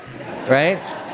right